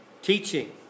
teaching